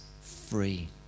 free